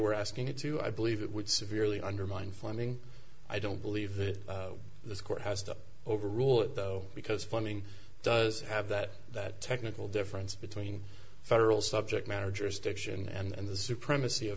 we're asking it to i believe it would severely undermined flemming i don't believe that this court has to overrule it though because funding does have that that technical difference between federal subject matter jurisdiction and the supremacy